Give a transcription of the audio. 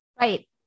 Right